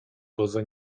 poza